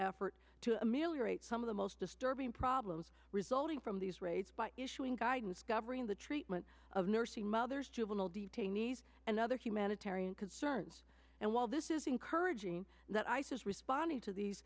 effort to ameliorate some of the most disturbing problems resulting from these raids by issuing guidance governing the treatment of nursing mothers juvenile detainees and other humanitarian concerns and while this is encouraging that ice is responding to these